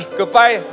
Goodbye